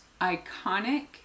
iconic